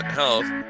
health